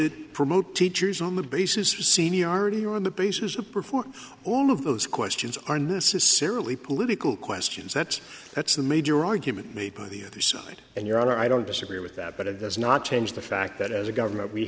it promote teachers on the basis of seniority or on the basis of perform all of those questions are necessarily political questions that's that's the major argument made by the other side and you're i don't disagree with that but it does not change the fact that as a government we